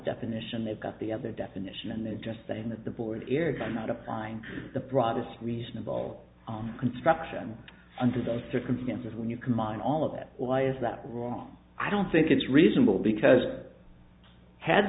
definition they've got the other definition and they're just saying that the border area cannot apply and the broadest reasonable construction under those circumstances when you combine all of that why is that wrong i don't think it's reasonable because had